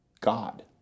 god